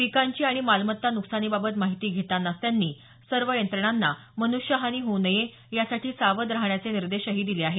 पिकांची आणि मालमत्ता नुकसानीबाबत माहिती घेतानाच त्यांनी सर्व यंत्रणांना मन्ष्यहानी होऊ नये यासाठी सावध राहण्याचे निर्देशही दिले आहेत